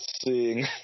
seeing